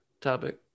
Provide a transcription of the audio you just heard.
topic